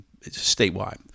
statewide